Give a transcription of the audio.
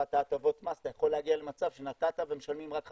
את הטבות המס אתה יכול להגיע למצב שנתת ומשלמים רק 5%,